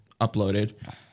uploaded